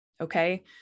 Okay